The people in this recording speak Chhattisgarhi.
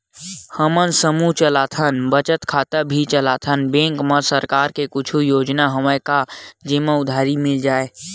हमन समूह चलाथन बचत खाता भी चलाथन बैंक मा सरकार के कुछ योजना हवय का जेमा उधारी मिल जाय?